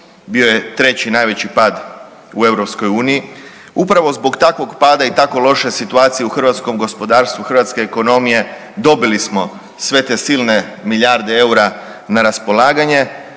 bio je treći najveći pad u EU, upravo zbog takvog pada i tako loše situacije u hrvatskom gospodarstvu hrvatske ekonomije dobili smo sve te silne milijarde eura na raspolaganje.